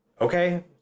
okay